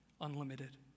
unlimited